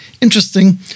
Interesting